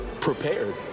prepared